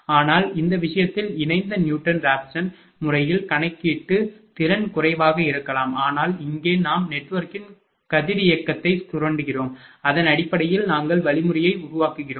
ஆனால் அந்த விஷயத்தில் இணைந்த நியூட்டன் ராப்சன் முறையில் கணக்கீட்டு திறன் குறைவாக இருக்கலாம் ஆனால் இங்கே நாம் நெட்வொர்க்கின் கதிரியக்கத்தை சுரண்டுகிறோம் அதன் அடிப்படையில் நாங்கள் வழிமுறையை உருவாக்குகிறோம்